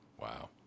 Wow